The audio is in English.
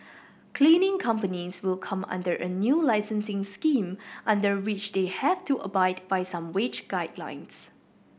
cleaning companies will come under a new licensing scheme under which they have to abide by some wage guidelines